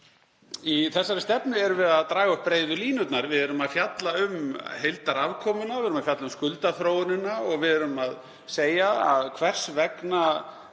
Í þessari stefnu erum við að draga upp breiðu línurnar. Við erum að fjalla um heildarafkomu, við erum að fjalla um skuldaþróunina og við erum að segja hvers vegna